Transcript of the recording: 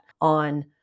on